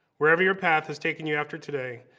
wherever your path has taken you after today,